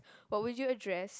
what would you address